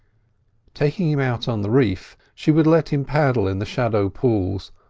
taking him out on the reef, she would let him paddle in the shallow pools,